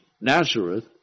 Nazareth